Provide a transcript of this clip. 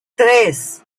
tres